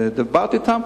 שדיברתי אתם,